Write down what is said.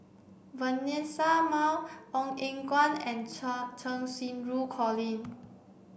Vanessa Mae Ong Eng Guan and Cheng Xinru Colin